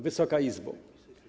Wysoka Izbo!